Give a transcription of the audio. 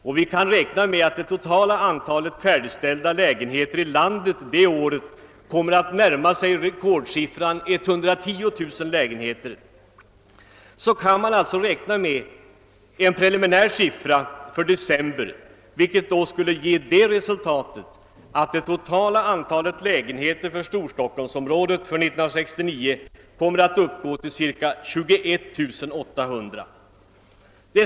Då vi kan utgå ifrån att det totala antalet färdigställda lägenheter i landet det året kommer att närma sig rekordsiffran 110 000 lägenheter, kan man med en preliminär siffra för december alltså räkna med att det totala antalet färdigställda lägenheter för <Storstockholmsområdet under 1969 kommer att uppgå till ca 21 800.